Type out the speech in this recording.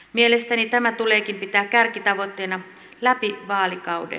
mielestäni tämä tuleekin pitää kärkitavoitteena läpi vaalikauden